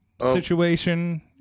situation